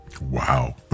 Wow